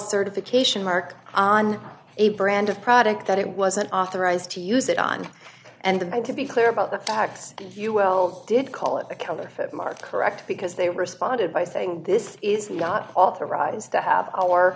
certification mark on a brand of product that it wasn't authorized to use it on and that i could be clear about the facts if you will did call it a counterfeit mark correct because they responded by saying this is not authorized to have